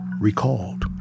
recalled